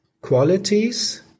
qualities